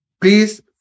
Please